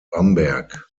bamberg